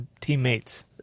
teammates